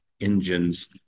engines